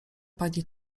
pani